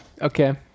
Okay